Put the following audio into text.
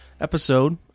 episode